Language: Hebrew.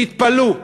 תתפלאו,